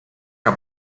que